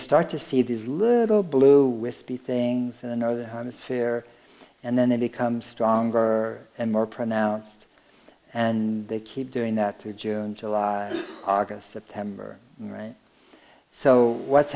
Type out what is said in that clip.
start to see these little blue wispy things in the northern hemisphere and then they become stronger and more pronounced and they keep doing that through june july august september so what's